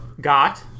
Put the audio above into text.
got